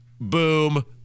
Boom